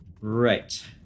Right